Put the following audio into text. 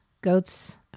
goat's